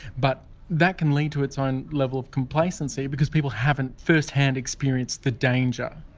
but that can lead to its own level of complacency because people haven't firsthand experienced the danger,